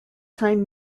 time